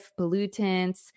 pollutants